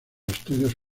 estudios